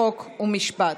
חוק ומשפט.